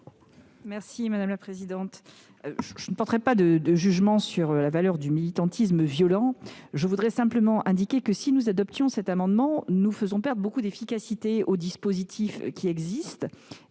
l'avis de la commission ? Je ne porterai pas de jugement sur la valeur du militantisme violent. Je voudrais simplement indiquer que, si nous adoptions cet amendement, nous ferions perdre beaucoup d'efficacité au dispositif prévu dans